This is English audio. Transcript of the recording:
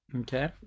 okay